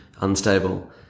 unstable